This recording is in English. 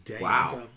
Wow